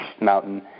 mountain